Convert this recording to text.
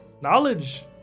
Knowledge